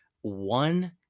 one